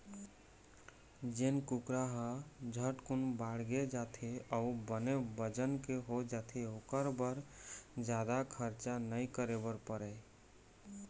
जेन कुकरा ह झटकुन बाड़गे जाथे अउ बने बजन के हो जाथे ओखर बर जादा खरचा नइ करे बर परय